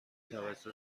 توسط